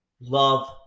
Love